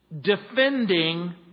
defending